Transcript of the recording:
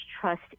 trust